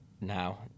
now